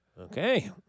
Okay